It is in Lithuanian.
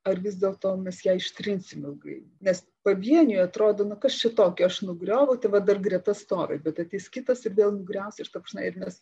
ar vis dėl to mes ją ištrinsim ilgainiui nes pavieniui atrodonu kas čia tokio aš nugrioviau tai va dar greta stovi bet ateis kitas ir vėl nugriaus ir ta prasme ir mes